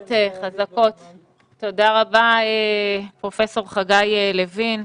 תודה רבה, פרופ' חגי לוין.